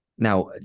Now